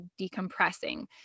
decompressing